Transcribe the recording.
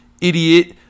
Idiot